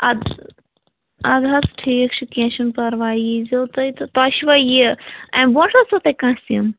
آد سا اَد حظ ٹھیٖک چھُ کیٚنٛہہ چھُنہٕ پَرواے یی زیو تُہۍ تہٕ تۄہہِ چھُوا یہِ امہِ برٛونٛٹھ ٲسوٕ تۄہہِ کانٛہہ سِم